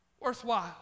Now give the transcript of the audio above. worthwhile